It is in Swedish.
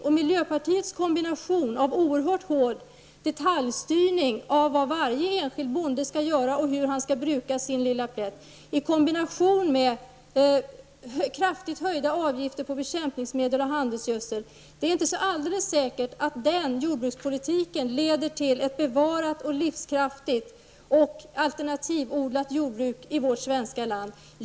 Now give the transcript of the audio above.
Det är inte säkert att miljöpartiets oerhört hårda detaljstyrning av vad varje enskild bonde skall göra och hur han skall bruka sin lilla plätt i kombination med kraftigt höjda avgifter på bekämpningsmedel och handelsgödsel är den jordbrukspolitik som leder till ett bevarande, livskraftigt och alternativt odlat jordbruk i vårt svenska land.